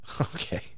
Okay